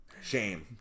Shame